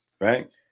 right